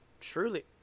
truly